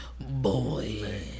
Boy